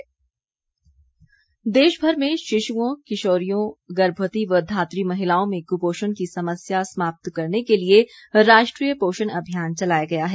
पोषण अभियान देशभर में शिश्ओं किशोरियों गर्भवती व धात्री महिलाओं में कुपोषण की समस्या समाप्त करने के लिए राष्ट्रीय पोषण अभियान चलाया गया है